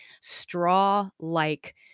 straw-like